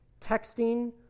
texting